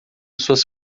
suas